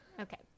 okay